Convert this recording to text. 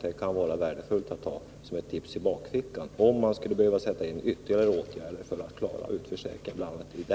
Det kan vara värdefullt att ha detta i bakfickan, om det skulle behöva sättas in ytterligare åtgärder för att klara utförsäkrade.